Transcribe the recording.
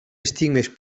estigmes